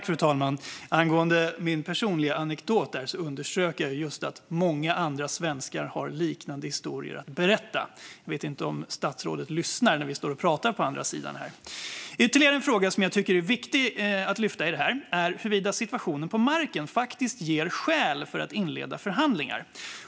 Fru talman! Angående min personliga anekdot underströk jag just att många andra svenskar har liknande historier att berätta. Jag vet inte om statsrådet lyssnar när vi står här och pratar. Ytterligare en fråga som jag tycker är viktig att lyfta fram i det här är huruvida situationen på marken faktiskt ger skäl att inleda förhandlingar.